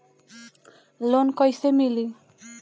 Loan कइसे मिली?